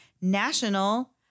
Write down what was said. National